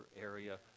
area